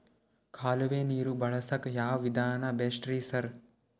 ಕಾಲುವೆ ನೀರು ಬಳಸಕ್ಕ್ ಯಾವ್ ವಿಧಾನ ಬೆಸ್ಟ್ ರಿ ಸರ್?